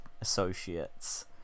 associates